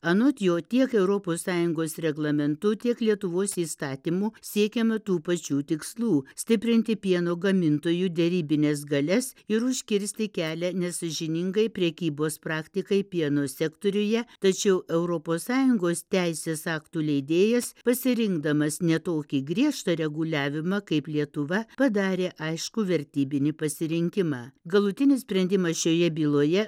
anot jo tiek europos sąjungos reglamentu tiek lietuvos įstatymu siekiama tų pačių tikslų stiprinti pieno gamintojų derybines galias ir užkirsti kelią nesąžiningai prekybos praktikai pieno sektoriuje tačiau europos sąjungos teisės aktų leidėjas pasirinkdamas ne tokį griežtą reguliavimą kaip lietuva padarė aiškų vertybinį pasirinkimą galutinis sprendimas šioje byloje